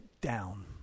down